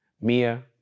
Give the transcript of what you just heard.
Mia